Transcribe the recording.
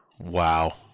Wow